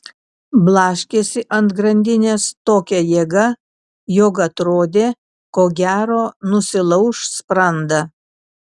blaškėsi ant grandinės tokia jėga jog atrodė ko gero nusilauš sprandą